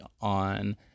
on